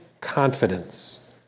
confidence